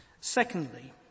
Secondly